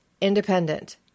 Independent